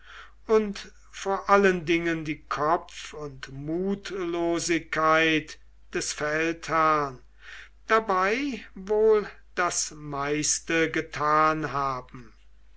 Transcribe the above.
und vor allen dingen die kopf und mutlosigkeit des feldherrn dabei wohl das meiste getan haben